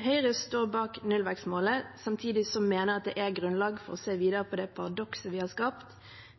Høyre står bak nullvekstmålet. Samtidig mener jeg at det er grunnlag for å se videre på det paradokset vi har skapt,